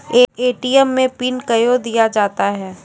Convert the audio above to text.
ATM मे pin कयो दिया जाता हैं?